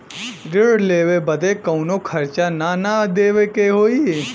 ऋण लेवे बदे कउनो खर्चा ना न देवे के होई?